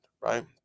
right